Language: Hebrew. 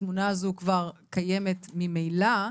התמונה הזו כבר קיימת ממילא.